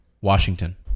Washington